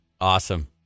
Awesome